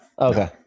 Okay